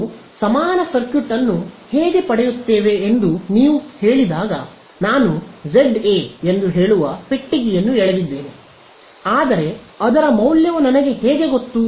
ನಾವು ಸಮಾನ ಸರ್ಕ್ಯೂಟ್ ಅನ್ನು ಹೇಗೆ ಪಡೆಯುತ್ತೇವೆ ಎಂದು ನೀವು ಹೇಳಿದಾಗ ನಾನು ಜೆಡ್a ಎಂದು ಹೇಳುವ ಪೆಟ್ಟಿಗೆಯನ್ನು ಎಳೆದಿದ್ದೇನೆ ಆದರೆ ಅದರ ಮೌಲ್ಯವು ನನಗೆ ಹೇಗೆ ಗೊತ್ತು